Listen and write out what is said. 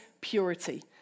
purity